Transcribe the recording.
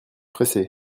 presser